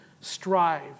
strive